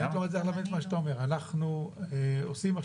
אני באמת לא מצליח להבין את מה שאתה אומר.